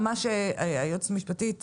מה שהיועצת המשפטית אמרה,